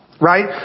right